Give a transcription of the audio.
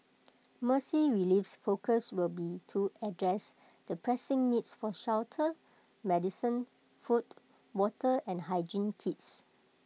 Mercy Relief's focus will be to address the pressing needs for shelter medicine food water and hygiene kits